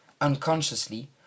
unconsciously